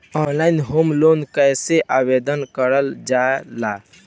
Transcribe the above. Online home loan कैसे आवेदन करल जा ला?